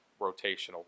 rotational